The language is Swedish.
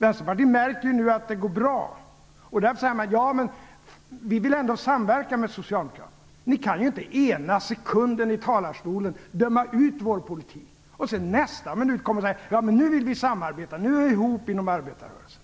Vänsterpartiet märker nu att det går bra, och därför säger man: Jamen, vi vill ändå samverka med socialdemokraterna. Ni kan inte ena sekunden i talarstolen döma ut vår politik och i nästa sekund komma och säga: Nu vill vi samarbeta, nu är vi ihop inom arbetarrörelsen.